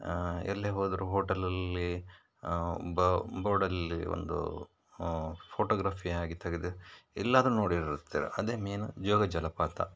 ಎಲ್ಲೇ ಹೋದರೂ ಹೋಟೆಲಲ್ಲಿ ಬೋರ್ಡಲ್ಲಿ ಒಂದು ಫೋಟೋಗ್ರಫಿ ಹಾಗೆ ತೆಗೆದು ಎಲ್ಲರೂ ನೋಡಿರುತ್ತೀರ ಅದೇ ಮೈನ್ ಜೋಗ ಜಲಪಾತ